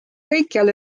kõikjal